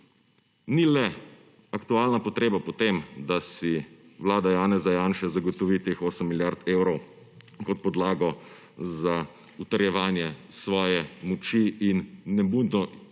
Ni le aktualna potreba po tem, da si Vlada Janeza Janše zagotovi teh 8 milijard evrov kot podlago za utrjevanje svoje moči in nebudno